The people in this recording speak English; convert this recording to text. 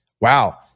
wow